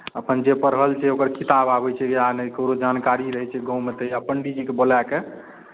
अपन जे पढ़ल छै ओकर किताब आबै छै या नहि ककरो जानकारी रहै छै गाँवमे तऽ पण्डीजीके बोलाए कऽ